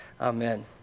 Amen